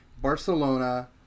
Barcelona